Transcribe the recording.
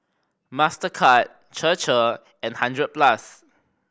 Mastercard Chir Chir and Hundred Plus